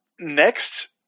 next